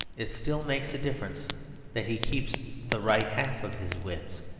it still makes a difference that he keeps the right half of his wits.